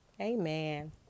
Amen